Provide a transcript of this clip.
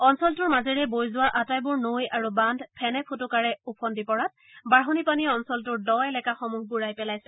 অঞ্চলটোৰ মাজেৰে বৈ যোৱা আটাইবোৰ নৈ আৰু বান্ধ ফেনে ফোটোকাৰে ওফন্দি পৰাত বাঢ়নি পানীয়ে অঞ্চলটোৰ দ এলেকাসমূহ বুৰাই পেলাইছে